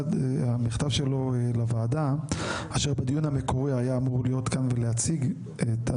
המכתב שלו לוועדה אשר בדיון המקורי היה אמור להיות כאן ולהציג את המכתב.